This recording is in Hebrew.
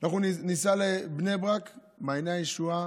אנחנו ניסע לבני ברק, מעייני הישועה,